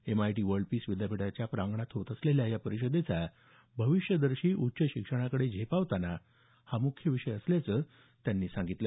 MIT world peace विद्यापीठाच्या प्रांगणात होणाऱ्या या परिषदेचा भविष्यदर्शी उच्च शिक्षणाकडे झेपावताना हा मुख्य विषय असल्याचं त्यांनी सांगितलं